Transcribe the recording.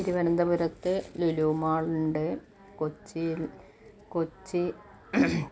തിരുവനന്തപുരത്ത് ലുലു മാളുണ്ട് കൊച്ചിയിൽ കൊച്ചി